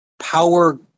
power